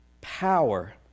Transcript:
power